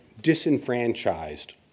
disenfranchised